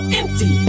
empty